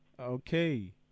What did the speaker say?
okay